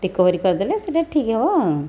recovery କରିଦେଲେ ସେଇଟା ଠିକ୍ ହେବ ଆ